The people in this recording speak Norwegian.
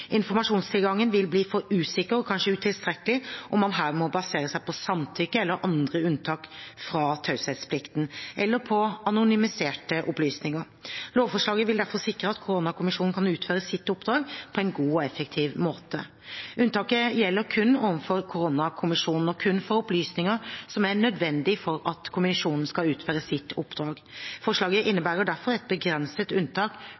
Informasjonstilgangen vil bli for usikker og kanskje utilstrekkelig om man her må basere seg på samtykke eller andre unntak fra taushetsplikten, eller på anonymiserte opplysninger. Lovforslaget vil derfor sikre at koronakommisjonen kan utføre sitt oppdrag på en god og effektiv måte. Unntaket gjelder kun overfor koronakommisjonen og kun for opplysninger som er nødvendige for at kommisjonen skal kunne utføre sitt oppdrag. Forslaget innebærer derfor et begrenset unntak